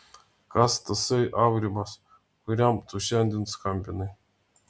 kas tasai aurimas kuriam tu šiandien skambinai